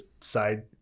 side